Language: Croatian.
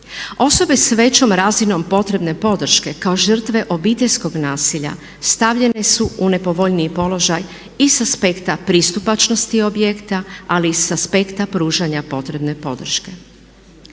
Osobe s većom razinom potrebne podrške kao žrtve obiteljskog nasilja stavljene su u nepovoljniji položaj i sa aspekta pristupačnosti objekta, ali i sa aspekta pružanja potrebne podrške.